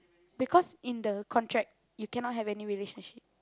because in the contract you cannot have any relationship